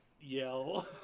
yell